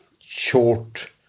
short